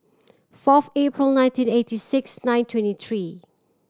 fourth April nineteen eighty six nine twenty three